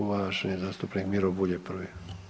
Uvaženi zastupnik Miro Bulj je prvi.